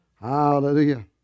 Hallelujah